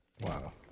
Wow